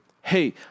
hey